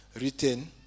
written